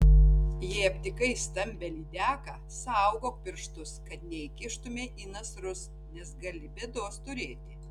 jei aptikai stambią lydeką saugok pirštus kad neįkištumei į nasrus nes gali bėdos turėti